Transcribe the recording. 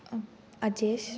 अजेशः